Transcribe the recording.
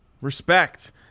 Respect